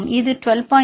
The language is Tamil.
இது 12